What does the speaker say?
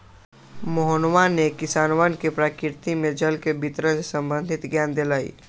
मोहनवा ने किसनवन के प्रकृति में जल के वितरण से संबंधित ज्ञान देलय